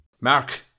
Mark